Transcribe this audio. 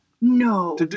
No